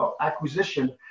acquisition